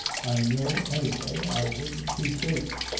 i know, any way, i wouldn't be safe.